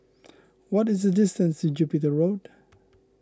what is the distance to Jupiter Road